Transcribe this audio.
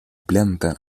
planta